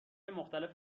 مختلف